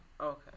Okay